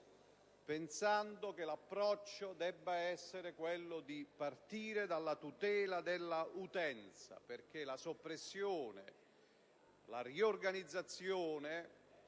ritenendo che l'approccio debba essere quello di partire dalla tutela dell'utenza, perché la soppressione o la riorganizzazione